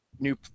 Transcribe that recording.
new